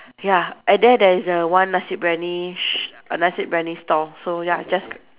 ya at there there is a one nasi-biryani sh~ a nasi-biryani store so ya just